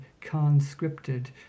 conscripted